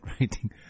writing